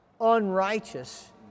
unrighteous